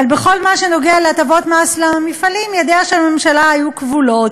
אבל בכל מה שנוגע להטבות מס למפעלים ידיה של הממשלה היו כבולות,